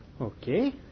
Okay